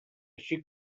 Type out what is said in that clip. així